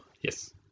Yes